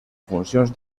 funcions